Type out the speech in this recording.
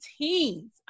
teens